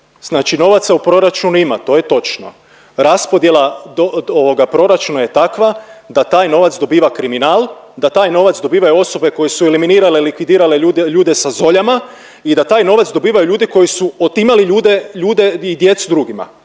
znači novaca u proračunu ima to je točno, raspodjela proračuna je takva da taj novac dobiva kriminal, da taj novac dobivaju osobe koje su eliminirale i likvidirale ljude sa zoljama i da taj novac dobivaju ljudi koji su otimali ljude i djecu drugima